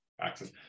access